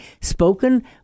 spoken